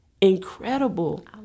incredible